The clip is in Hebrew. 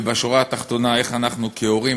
ובשורה התחתונה, איך אנחנו כהורים